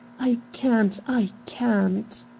i can't! i can't!